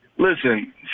Listen